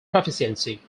proficiency